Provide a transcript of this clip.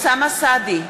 אוסאמה סעדי,